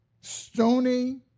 stony